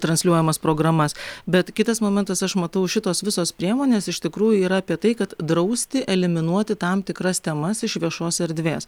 transliuojamas programas bet kitas momentas aš matau šitos visos priemonės iš tikrųjų yra apie tai kad drausti eliminuoti tam tikras temas iš viešos erdvės